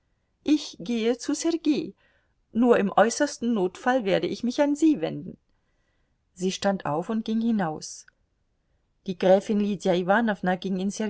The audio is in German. ich gehe zu sergei nur im äußersten notfall werde ich mich an sie wenden sie stand auf und ging hinaus die gräfin lydia iwanowna ging